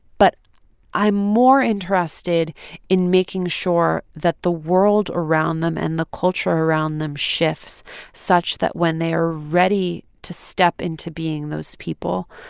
but i'm more interested in making sure that the world around them and the culture around them shifts such that when they are ready to step into being those people,